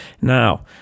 Now